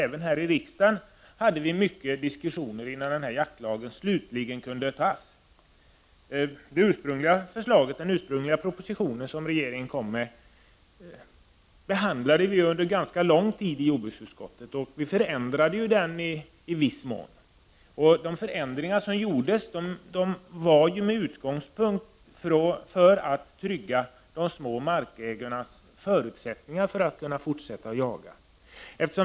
Även här i riksdagen fördes långa diskussioner innan den nya jaktlagen slutligen kunde antas. Vi i jordbruksutskottet behandlade regeringens proposition under ganska lång tid och förändrade den i viss mån. De förändringar som gjordes hade som utgångspunkt tryggandet av de små markägarnas förutsättningar att bedriva fortsatt jakt.